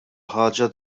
ħaġa